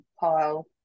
pile